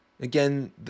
Again